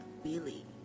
Billy